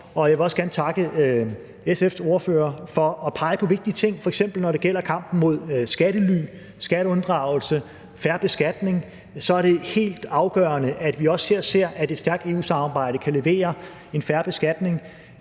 Jeg vil også gerne takke SF's ordfører for at pege på vigtige ting. Når det f.eks. gælder kampen mod skattely og skatteunddragelse, er det helt afgørende, at vi ser, at et stærkt EU-samarbejde kan levere en fair beskatning.